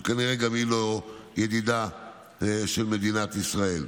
שכנראה גם היא לא ידידה של מדינת ישראל.